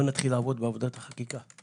נתחיל לעבוד בעבודת חקיקה.